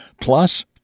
Plus